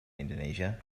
indonesia